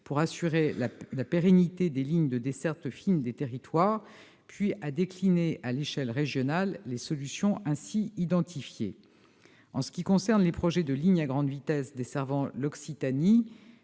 pour assurer la pérennité des lignes de desserte fine des territoires, puis à décliner à l'échelle régionale les solutions ainsi identifiées. Sur le second point, à savoir les projets de lignes à grande vitesse desservant l'Occitanie,